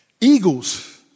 Eagles